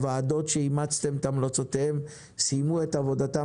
הוועדות שאימצתם את המלצותיהן סיימו את עבודתן